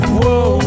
whoa